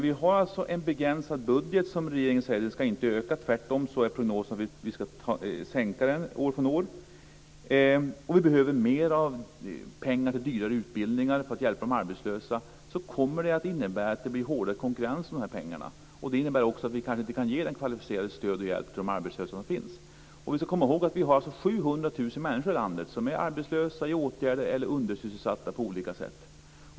Vi har alltså en begränsad budget som, enligt regeringen, inte ska öka. Tvärtom är prognosen att den ska sänkas år från år. Vi behöver mer pengar till dyrare utbildningar för att hjälpa de arbetslösa. Det kommer att innebära att det blir hårdare konkurrens om pengarna. Det innebär också att vi kanske inte kan ge kvalificerat stöd och hjälp till de arbetslösa. Vi ska komma ihåg att det är 700 000 människor i landet som är arbetslösa, i åtgärder eller undersysselsatta på olika sätt.